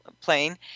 plane